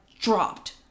dropped